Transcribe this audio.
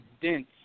dense